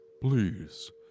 Please